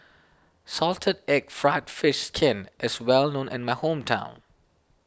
Salted Egg Fried Fish Skin is well known in my hometown